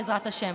בעזרת השם.